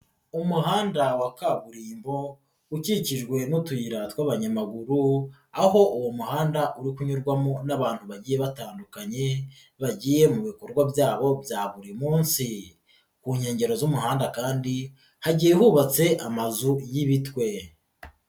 Umuhanda wa kaburimbo ukikijwe n'utuyira tw'abanyamaguru, aho uwo muhanda uri kunyurwamo n'abantu bagiye batandukanye bagiye mu bikorwa byabo bya buri munsi, ku nkengero z'umuhanda kandi hagiye hubatse amazu y'ibitwe.